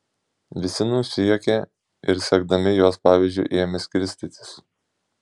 visi nusijuokė ir sekdami jos pavyzdžiu ėmė skirstytis